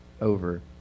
over